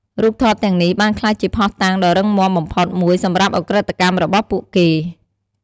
រូបថតទាំងនេះបានក្លាយជាភស្តុតាងដ៏រឹងមាំបំផុតមួយសម្រាប់ឧក្រិដ្ឋកម្មរបស់ពួកគេ។